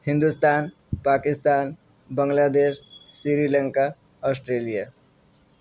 Hindustan Pakistan Bangladesh Sri Lanka Australia